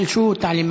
יחיא.